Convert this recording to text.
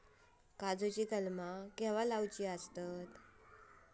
काजुची कलमा केव्हा लावची?